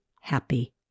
happy